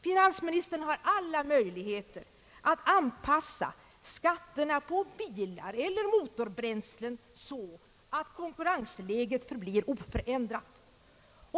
Finansministern har alla möjligheter att anpassa skatterna på bilar eller motorbränslen så att konkurrensläget blir oförändrat.